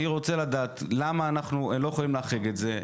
אני רוצה לדעת למה אנחנו לא יכולים להחריג את זה.